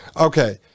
Okay